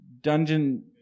dungeon